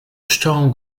pszczołom